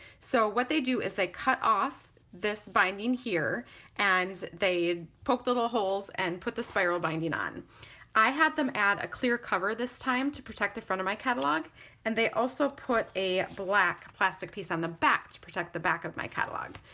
so what they do is they cut off this binding here and they poke the little holes and put the spiral binding on i had them add a clear cover this time to protect in front of my catalog and they also put a black plastic piece on the back to protect the back of my catalog.